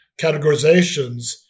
categorizations